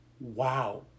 wow